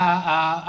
איך הם מנמקים את זה?